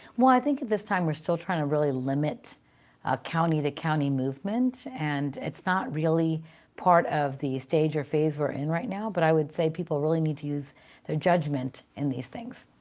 well, i think at this time, we're still trying to really limit county to county movement, and it's not really part of the stage or phase we're in right now. but i would say people really need to use their judgment in these things.